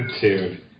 Dude